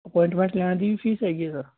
appointment ਲੈਣ ਦੀ ਵੀ ਫੀਸ ਹੈਗੀ ਆ ਸਰ